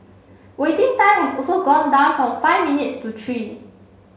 waiting time has also gone down from five minutes to three